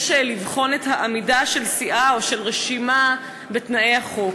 לבחון את העמידה של סיעה או של רשימה בתנאי החוק.